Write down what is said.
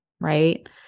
right